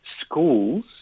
schools